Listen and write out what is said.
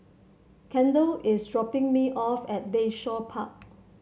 Kendall is dropping me off at Bayshore Park